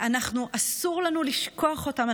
אסור לנו לשכוח אותם.